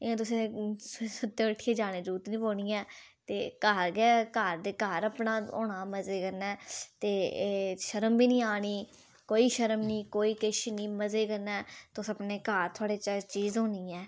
ते इं'या तुसें सुत्ते दे उट्ठियै जाने दी जरूरत निं पौनी ऐ ते घर ते घर गै अपने हो्ना ते मज़े कन्नै शर्म बी निं आनी कोई शर्म निं कोई किश नेईं मज़े कन्नै तुस अपने घर च चीज़ होनी ऐ